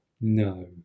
No